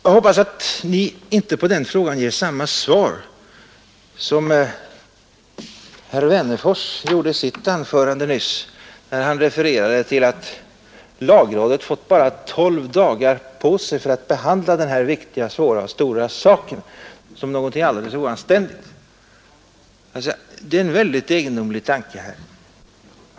Jag hoppas att ni inte ger samma svar på den frågan som herr Wennerfors gjorde i sitt anförande nyss, när han refererade till att lagrådet bara fått 12 dagar på sig för att behandla denna viktiga och svåra och stora sak, och framställde detta som någonting alldeles oanständigt. Det är en egendomlig tanke.